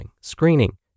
screening